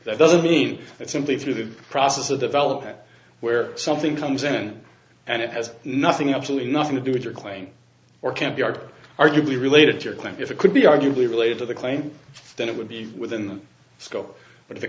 that doesn't mean that simply through the process of development where something comes in and it has nothing absolutely nothing to do with your claim or can't be art arguably related to your claim if it could be arguably related to the claim then it would be within the scope but if it